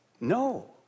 No